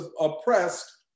oppressed